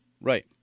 Right